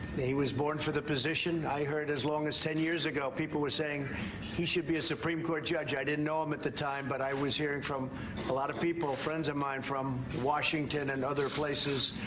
he was born for the position. i heard as long as ten years ago people were saying he should be a supreme court judge. i didn't know him at the time, but i was hearing from a lot of people, friends of mine from washington and other places,